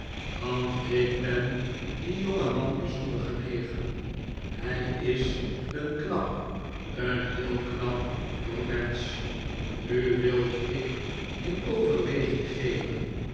want ik ben dien jongeman bijzonder genegen hij is een knap een heel knap jongmensch nu wilde ik in overweging geven